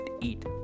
eat